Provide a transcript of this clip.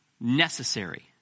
necessary